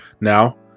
Now